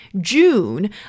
June